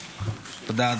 תודה.